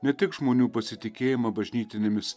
ne tik žmonių pasitikėjimą bažnytinėmis